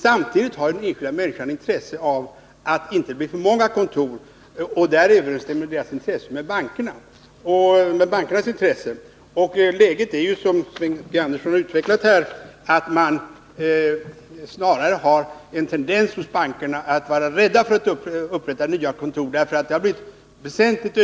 Samtidigt har de enskilda människorna ett intresse av att det inte blir så många kontor. På den punkten överensstämmer deras intresse med bankernas. Som Sven Andersson redovisade är läget sådant att det snarare finns en tendens att bankerna är rädda för att upprätta nya kontor. Kostnaderna har nämligen ökat väsentligt.